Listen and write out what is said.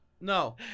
No